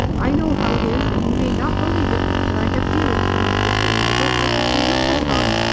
i know how it is, and you may not believe it but i have feelings for my sister, and i don't like to see her put upon.